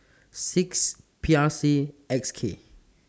six P R C X K